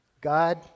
God